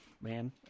man